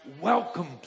welcome